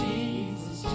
Jesus